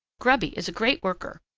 grubby is a great worker.